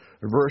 Verse